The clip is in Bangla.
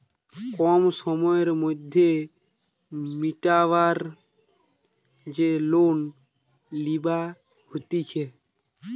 কম সময়ের মধ্যে মিটাবার যে লোন লিবা হতিছে